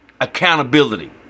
Accountability